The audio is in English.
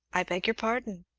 i beg your pardon.